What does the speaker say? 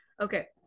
Okay